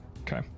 Okay